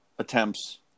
Attempts